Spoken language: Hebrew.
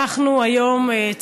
היום אנחנו,